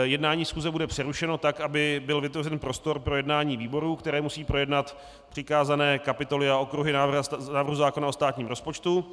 Jednání schůze bude přerušeno tak, aby byl vytvořen prostor pro jednání výborů, které musí projednat přikázané kapitoly a okruhy návrhu zákona o státním rozpočtu.